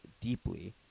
deeply